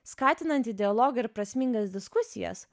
skatinanti dialogą ir prasmingas diskusijas